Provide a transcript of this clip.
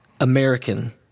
American